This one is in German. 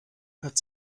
hat